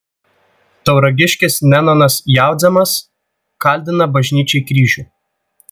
tauragiškis nenonas jaudzemas kaldina bažnyčiai kryžių